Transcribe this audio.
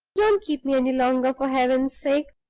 don't keep me any longer, for heaven's sake.